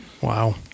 wow